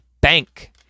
Bank